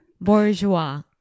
Bourgeois